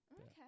Okay